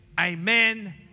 Amen